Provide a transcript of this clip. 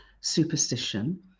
superstition